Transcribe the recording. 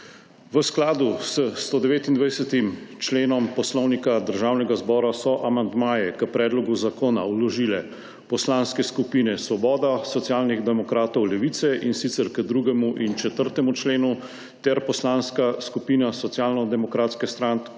V skladu s 129. členom Poslovnika Državnega zbora so amandmaje k predlogu zakona vložile poslanske skupine Svoboda, Socialnih demokratov, Levice, in sicer k 2. in 4. členu ter poslanska skupina socialno demokratske stranke,